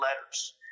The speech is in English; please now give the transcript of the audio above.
letters